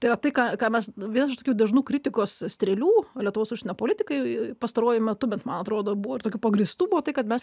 tai yra tai ką ką mes vienas iš tokių dažnų kritikos strėlių lietuvos užsienio politikai pastaruoju metu bet man atrodo buvo ir tokių pagrįstų buvo tai kad mes